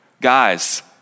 Guys